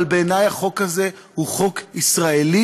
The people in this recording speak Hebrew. אבל בעיני החוק הזה הוא חוק ישראלי,